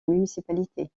municipalité